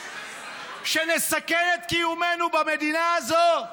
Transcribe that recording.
שנסכל את קיומנו במדינה הזאת,